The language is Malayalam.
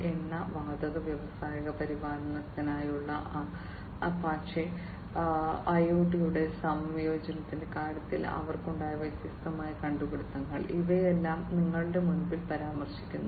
എണ്ണ വാതക വ്യവസായ പരിപാലനത്തിനായുള്ള അപ്പാച്ചെ ഐഐഒടിയുടെ സംയോജനത്തിന്റെ കാര്യത്തിൽ അവർക്കുണ്ടായ വ്യത്യസ്തമായ കണ്ടുപിടുത്തങ്ങൾ ഇവയെല്ലാം നിങ്ങളുടെ മുൻപിൽ പരാമർശിക്കുന്നു